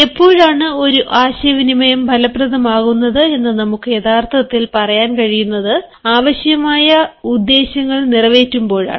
എപ്പോഴാണ് ഒരു ആശയവിനിമയം ഫലപ്രദമാകുന്നത് എന്ന് നമുക്ക് യഥാർത്ഥത്തിൽ പറയാൻ കഴിയുന്നത് ആവശ്യമായ ഉദ്ദേശ്യങ്ങൾ നിറവേറ്റുമ്പോഴാണ്